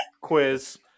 quiz